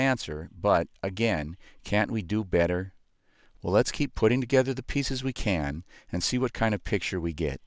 answer but again can't we do better let's keep putting together the pieces we can and see what kind of picture we get